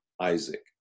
Isaac